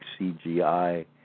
CGI